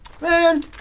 Man